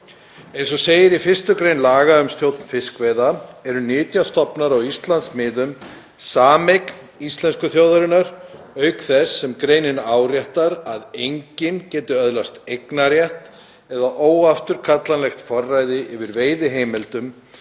Eins og segir í 1. gr. laga um stjórn fiskveiða eru nytjastofnar á Íslandsmiðum sameign íslensku þjóðarinnar, auk þess sem greinin áréttar að enginn geti öðlast eignarrétt eða óafturkallanlegt forræði yfir veiðiheimildum